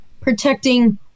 protecting